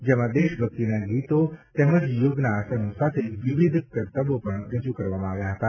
જેમાં દેશ ભક્તિ ના ગીત તેમજ યોગના આસનો સાથે વિવિધ કરતબો પણ રજૂ કરવામાં આવ્યા હતા